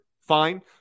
Fine